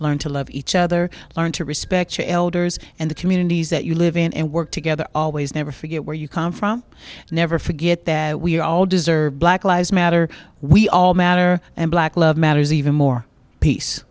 learn to love each other learn to respect your elders and the communities that you live in and work together always never forget where you come from never forget that we all deserve black lives matter we all matter and black love matters even more peace